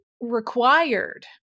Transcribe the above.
required